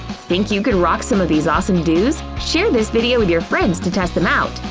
think you could rock some of these awesome dos? share this video with your friends to test them out!